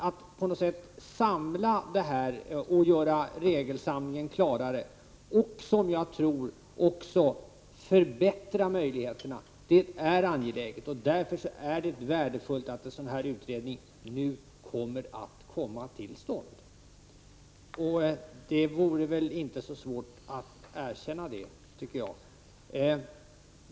Det är angeläget att göra regelsamlingen klarare och förbättra möjligheterna. Det är värdefullt att en sådan utredning nu kommer till stånd. Det vore väl inte så svårt att erkänna detta, tycker jag.